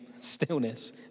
Stillness